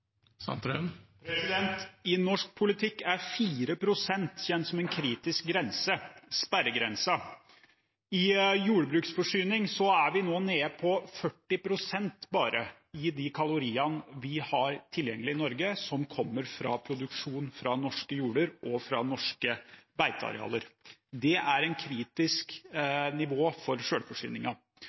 en kritisk grense: sperregrensa. Når det gjelder selvforsyning, er vi nå nede i bare 40 pst. kalorier tilgjengelig i Norge som kommer fra produksjon på norske jorder og norske beitearealer. Det er et kritisk nivå for